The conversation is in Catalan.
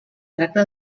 tracta